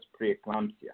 preeclampsia